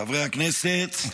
חברי הכנסת,